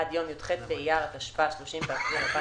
עד יום י"ח באייר התשפ"א (30 באפריל 2021)